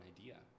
idea